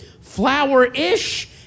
flower-ish